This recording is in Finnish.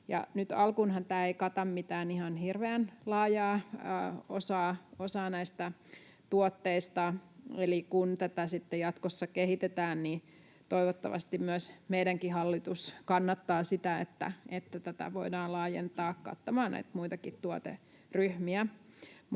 alkuunhan tämä ei kata mitään ihan hirveän laajaa osaa näistä tuotteista, eli kun tätä sitten jatkossa kehitetään, niin toivottavasti myös meidänkin hallitus kannattaa sitä, että tätä voidaan laajentaa kattamaan näitä muitakin tuoteryhmiä.